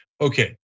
Okay